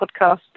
podcast